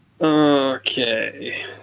Okay